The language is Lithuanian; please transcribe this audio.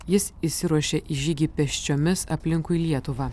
jis išsiruošė į žygį pėsčiomis aplinkui lietuvą